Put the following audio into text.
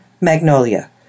Magnolia